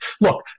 Look